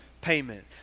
payment